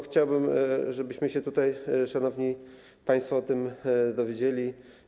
Chciałbym, żebyśmy się tutaj, szanowni państwo, tego dowiedzieli.